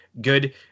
good